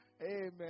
Amen